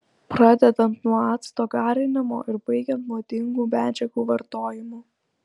pradedant nuo acto garinimo ir baigiant nuodingų medžiagų vartojimu